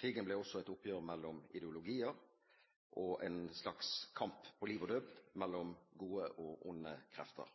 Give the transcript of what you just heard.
Krigen ble også et oppgjør mellom ideologier og en slags kamp på liv og død mellom gode og onde krefter.